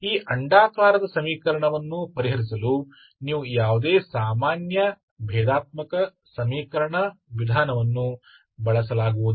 ಈ ಅಂಡಾಕಾರದ ಸಮೀಕರಣವನ್ನು ಪರಿಹರಿಸಲು ನೀವು ಯಾವುದೇ ಸಾಮಾನ್ಯ ಭೇದಾತ್ಮಕ ಸಮೀಕರಣ ವಿಧಾನವನ್ನು ಬಳಸಲಾಗುವುದಿಲ್ಲ